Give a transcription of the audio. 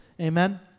Amen